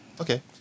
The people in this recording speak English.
Okay